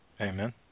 Amen